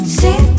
see